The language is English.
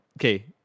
Okay